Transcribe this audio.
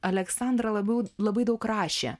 aleksandra labai labai daug rašė